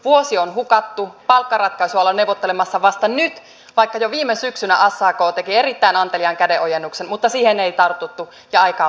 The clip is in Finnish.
vuosi on hukattu ja palkkaratkaisua ollaan neuvottelemassa vasta nyt vaikka jo viime syksynä sak teki erittäin anteliaan kädenojennuksen siihen ei tartuttu ja aikaa on tuhrattu